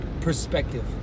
perspective